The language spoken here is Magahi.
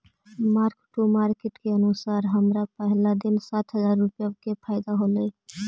मार्क टू मार्केट के अनुसार हमरा पहिला दिन सात हजार रुपईया के फयदा होयलई